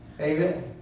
Amen